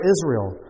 Israel